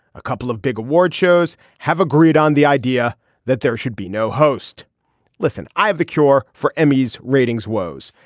a couple of big award shows have agreed on the idea that there should be no host listen i have the cure for emmys ratings woes.